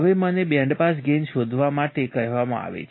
હવે મને bandpass gain શોધવા માટે કહેવામાં આવે છે